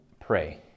pray